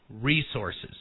resources